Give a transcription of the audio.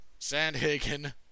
Sandhagen